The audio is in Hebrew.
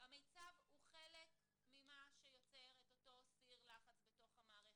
הוא חלק ממה שיותר את אותו סיר לחץ בתוך המערכת.